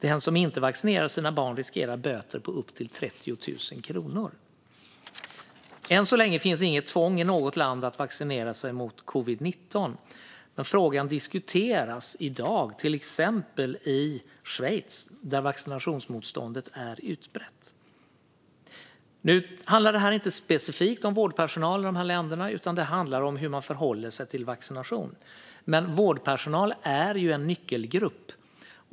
Den som inte vaccinerar sina barn riskerar böter på upp till 30 000 kronor. Än så länge finns inget tvång i något land att vaccinera sig mot covid-19, men frågan diskuteras i dag i till exempel Schweiz där vaccinationsmotståndet är utbrett. Nu handlar den här diskussionen inte specifikt om vårdpersonalen i dessa länder, utan den handlar om hur man förhåller sig till vaccinationer. Men vårdpersonalen är en nyckelgrupp.